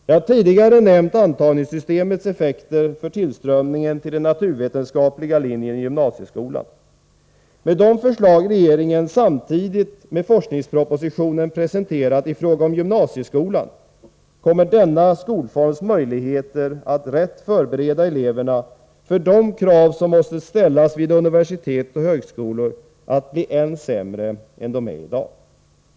Jag har tidigare nämnt antagningssystemets effekter för tillströmningen till den naturvetenskapliga linjen i gymnasieskolan. Med de förslag regeringen samtidigt med forskningspropositionen presenterat i fråga om gymnasieskolan kommer denna skolforms möjligheter att rätt förbereda eleverna för de krav som måste ställas vid universitet och högskolor att bli än sämre än de är i dag.